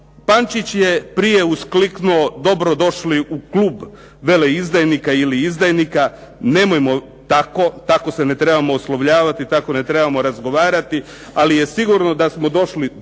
Pančić je prije uskliknuo dobrodošli u klub veleizdajnika ili izdajnika. Nemojmo tako. Tako se ne trebamo oslovljavati, tako ne trebamo razgovarati, ali je sigurno da smo došli do